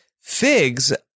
Figs